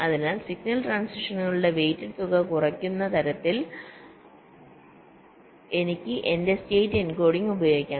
അതിനാൽ സിഗ്നൽ ട്രാൻസിഷനുകളുടെ വെയ്റ്റഡ് തുക കുറയ്ക്കുന്ന തരത്തിൽ എനിക്ക് എന്റെ സ്റ്റേറ്റ് എൻകോഡിംഗ് ഉപയോഗിക്കാം